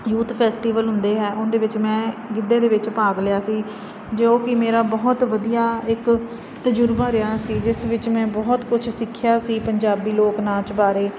youth festival ਹੁੰਦੇ ਹੈ ਉਹਦੇ ਵਿੱਚ ਮੈਂ ਗਿੱਧੇ ਦੇ ਵਿੱਚ ਭਾਗ ਲਿਆ ਸੀ ਜੋ ਕਿ ਮੇਰਾ ਬਹੁਤ ਵਧੀਆ ਇੱਕ ਤਜਰਬਾ ਰਿਹਾ ਸੀ ਜਿਸ ਵਿੱਚ ਮੈਂ ਬਹੁਤ ਕੁਛ ਸਿੱਖਿਆ ਸੀ ਪੰਜਾਬੀ ਲੋਕ ਨਾਚ ਬਾਰੇ